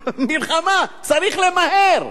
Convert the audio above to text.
מלחמה, צריך למהר.